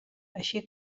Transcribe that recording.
així